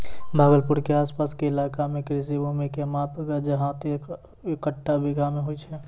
भागलपुर के आस पास के इलाका मॅ कृषि भूमि के माप गज, हाथ, कट्ठा, बीघा मॅ होय छै